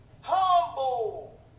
Humble